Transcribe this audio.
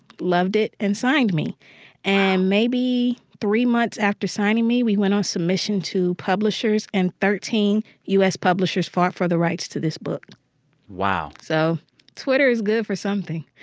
loved it and signed me wow and maybe three months after signing me, we went on submission to publishers, and thirteen u s. publishers fought for the rights to this book wow so twitter is good for something